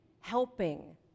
helping